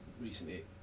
recently